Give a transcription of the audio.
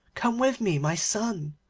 come with me, my son,